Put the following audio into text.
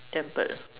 temple